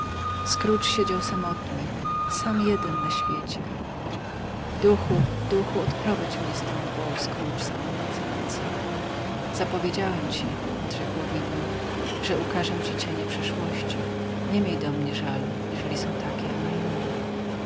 scrooge siedział samotny sam jeden na świecie duchu duchu odprowadź mnie stąd wołał scrooge załamując ręce zapowiedziałem ci odrzekło widmo że ukażę ci cienie przeszłości nie miej do mnie żalu jeżeli są takie nie inne